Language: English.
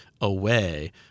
away